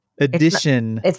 edition